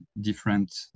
different